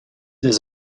des